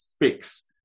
fix